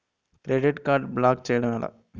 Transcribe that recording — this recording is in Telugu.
క్రెడిట్ కార్డ్ బ్లాక్ చేయడం ఎలా?